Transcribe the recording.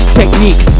technique